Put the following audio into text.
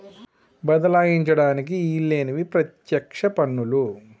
బదలాయించడానికి ఈల్లేనివి పత్యక్ష పన్నులు